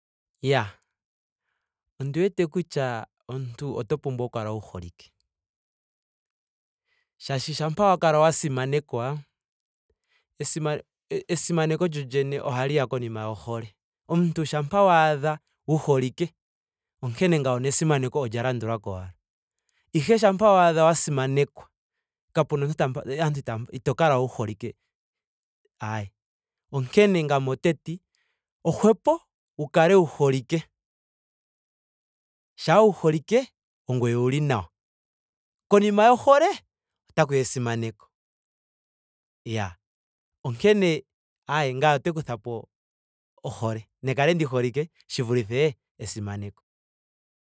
Iyaa. Ondi wete kutya omuntu oto pumbwa wu kale wu holike. Shaashi shampa wa kala wa simanekwa. esimane esimaneko lyoyene ohali ya konima yohole. Omuntu shampa waadha wu holike onkene ngawo nesimaneko olya landula ko ashike shampa waadha wa simanekwa ito kala wu holike. Onkene ngame oteti ohwepo wu kale wu holike. Shaa wu holike ongweye uli nawa. Konima yohole otaku ya esimaneko. Iyaa onkene ayee ngaye oteku kuthapo ohole. Ne kale ndi holike shi vulithe esimaneko.